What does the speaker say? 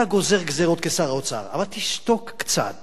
אתה גוזר גזירות כשר האוצר, אבל תשתוק קצת